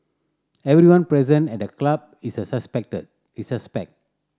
everyone present at the club is a suspect